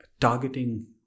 targeting